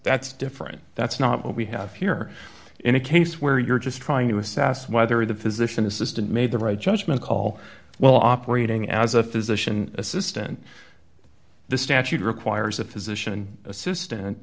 that's different that's not what we have here in a case where you're just trying to assess whether the physician assistant made the right judgment call well operating as a physician assistant the statute requires a physician assistant